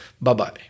Bye-bye